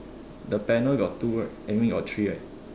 the panel got two right I mean got three right